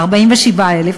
47,000,